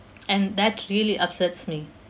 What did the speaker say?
and that really upsets me